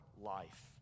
life